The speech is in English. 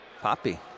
Poppy